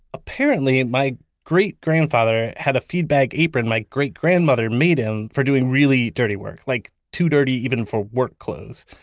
apparently, my great-grandfather had a feedbag apron my great-grandmother made him for doing really dirty work, like too dirty, even for work clothes.